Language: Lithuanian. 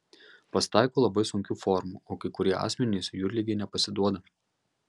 pasitaiko labai sunkių formų o kai kurie asmenys jūrligei nepasiduoda